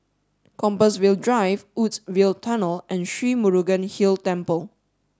Compassvale Drive Woodsville Tunnel and Sri Murugan Hill Temple